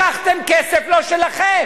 לקחתם כסף לא שלכם.